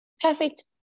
perfect